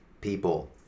people